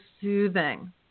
soothing